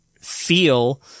feel